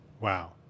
Wow